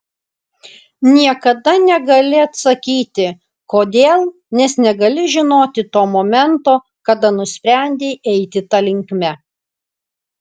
niekada negali atsakyti kodėl nes negali žinot to momento kada nusprendei eiti ta linkme